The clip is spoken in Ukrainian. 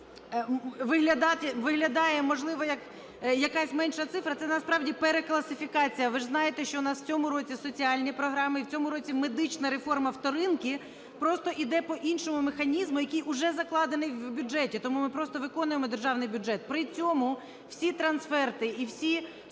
виглядає, як можливо якась менша цифра, це насправді перекласифікація. Ви ж знаєте, що у нас в цьому році соціальні програми і в цьому році медична реформа "вторинки" просто іде по іншому механізму, який уже закладений в бюджеті, тому ми просто виконуємо державний бюджет. При цьому всі трансферти і всі